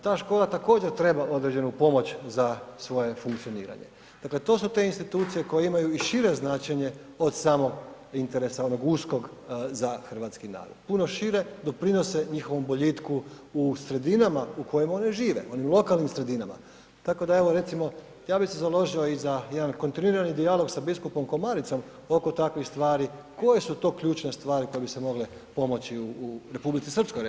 Ta škola također treba određenu pomoć za svoje funkcioniranje, dakle to su te institucije koje imaju i šire značenje od samog interesa onog uskog za hrvatski narod, puno šire doprinose njihovom boljitku u sredinama u kojim oni žive, u onim lokalnim sredinama, tako da evo recimo ja bi se založio i za jedan kontinuirani dijalog sa biskupom Komaricom oko takvih stvari, koje su to ključne stvari koje bi se mogle pomoći u Republici Srpskoj recimo u BiH?